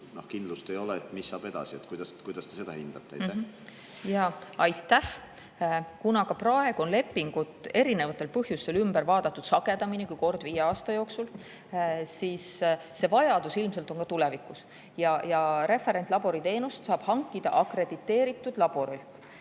kindlust, et mis saab edasi. Kuidas te seda hindate? Aitäh! Kuna ka praegu on lepingud erinevatel põhjustel ümber vaadatud sagedamini kui kord viie aasta jooksul, siis see vajadus ilmselt on ka tulevikus. Ja referentlabori teenust saab hankida akrediteeritud laborilt.